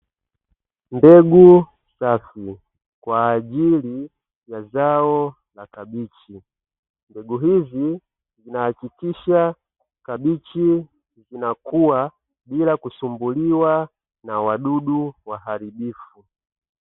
Mbegu safi kwa ajili ya zao la kabichi, mbegu hizi zinahakikisha kabichi zinakua bila kusumbuliwa na wadudu waharibifu.